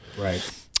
Right